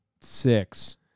six